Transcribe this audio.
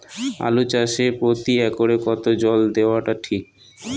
আলু চাষে প্রতি একরে কতো জল দেওয়া টা ঠিক?